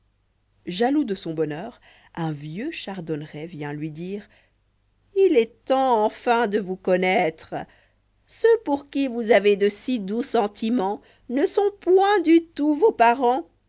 jaloux de son bonheur un vieux chardonneret vient lui dire il est temps enfin de vous connoître ceux pour qui vous avez de si doux sentiments ne sont point du tout vos parents